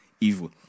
evil